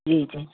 जी जी